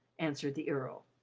answered the earl.